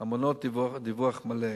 המונעות דיווח מלא.